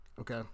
okay